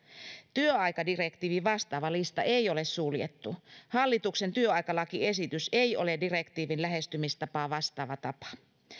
työaikadirektiivin vastaava lista ei ole suljettu hallituksen työaikalakiesitys ei ole direktiivin lähestymistapaa vastaava tapa